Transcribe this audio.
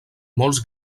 molts